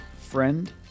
friend